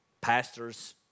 pastors